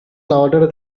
louder